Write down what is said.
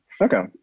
Okay